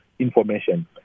information